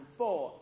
four